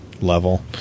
level